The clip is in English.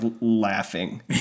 laughing